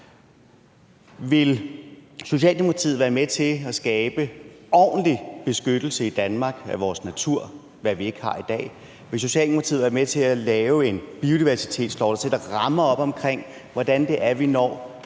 Vil Socialdemokratiet være med til at skabe ordentlig beskyttelse i Danmark af vores natur, hvad vi ikke har i dag? Vil Socialdemokratiet være med til at lave en biodiversitetslov, der sætter rammer op omkring, hvordan det er, vi når